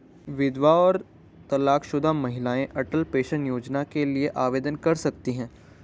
विधवा और तलाकशुदा महिलाएं अटल पेंशन योजना के लिए आवेदन कर सकती हैं